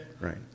Right